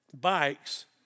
bikes